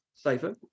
safer